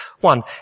One